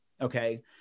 okay